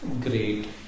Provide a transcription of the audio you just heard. great